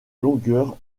longueur